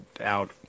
out